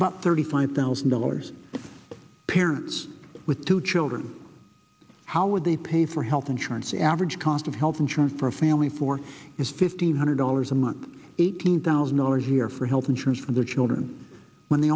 about thirty five thousand dollars parents with two children how would the pay for health insurance average cost of health insurance for a family for is fifteen hundred dollars a month eighteen thousand dollars a year for health insurance for their children when they